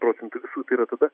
procentų visų tai yra tada